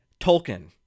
Tolkien